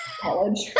college